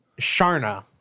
Sharna